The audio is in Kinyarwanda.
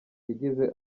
yagize